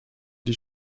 die